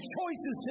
choices